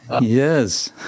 yes